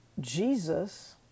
Jesus